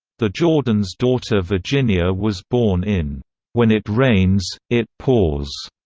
the jordans' daughter virginia was born in when it rains, it pours,